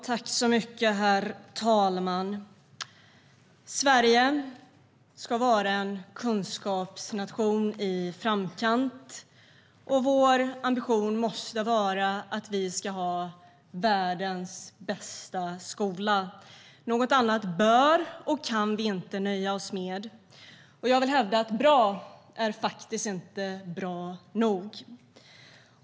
Herr talman! Sverige ska vara en kunskapsnation i framkant, och vår ambition måste vara att vi ska ha världens bästa skola. Något annat bör och kan vi inte nöja oss med. Jag vill hävda att "bra" faktiskt inte är bra nog.